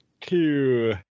Two